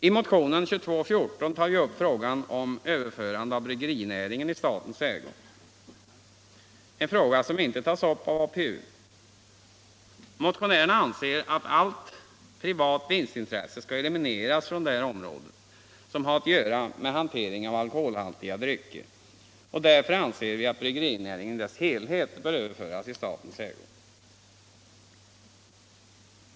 I motionen 2214 tar vi också upp frågan om överförande av bryggerinäringen i statens ägo, en fråga som inte tas upp av APU. Motionärerna anser att allt privat vinstintresse skall elimineras från det område som har att göra med hanteringen av alkoholhaltiga drycker, och därför finner vi att bryggerinäringen i sin helhet bör överföras i statens ägo.